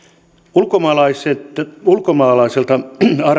ulkomaalaisesta